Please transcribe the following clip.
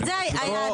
על זה היה הדיבור.